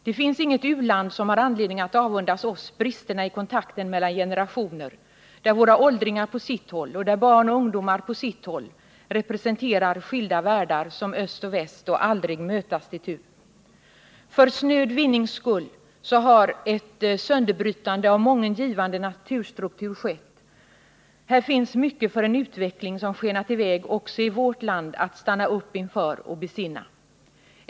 Det finns inget u-land som har anledning att avundas oss bristerna i kontakten mellan generationer, där våra åldringar på sitt håll och där barn och ungdomar på sitt håll representerar skilda världar som öst och väst, och aldrig mötas de tu. För snöd vinnings skull har ett sönderbrytande av mången givande naturstruktur skett. Här finns i en utveckling som skenat iväg, också i vårt land, mycket att stanna upp inför och besinna.